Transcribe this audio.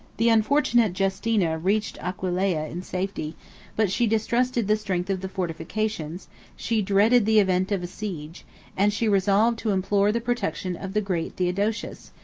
the unfortunate justina reached aquileia in safety but she distrusted the strength of the fortifications she dreaded the event of a siege and she resolved to implore the protection of the great theodosius,